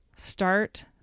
start